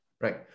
right